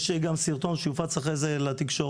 יש גם סרטון שהופץ אחרי זה לתקשורת.